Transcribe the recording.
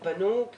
הם פנו.